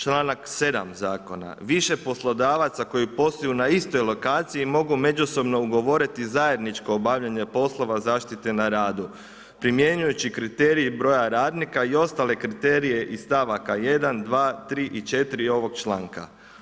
Članak 7. zakona, „Više poslodavaca koji posluju na istoj lokaciji mogu međusobno ugovoriti zajedničko obavljanje poslova zaštite na radu, primjenjujući kriterij broja radnika i ostale kriterije iz stavaka 1., 2., 3. i 4. ovog članka“